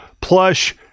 plush